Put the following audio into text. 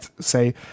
say